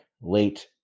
late